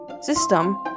system